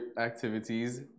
activities